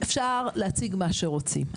אפשר להציג מה שרוצים,